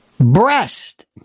Breast